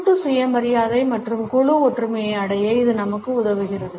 கூட்டு சுயமரியாதை மற்றும் குழு ஒற்றுமையை அடைய இது நமக்கு உதவுகிறது